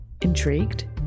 Intrigued